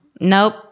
Nope